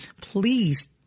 please